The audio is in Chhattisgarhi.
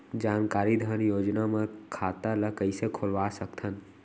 जानकारी धन योजना म खाता ल कइसे खोलवा सकथन?